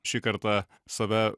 šį kartą save